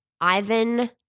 Ivan